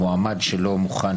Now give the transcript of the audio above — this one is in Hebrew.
מועמד שלא מוכן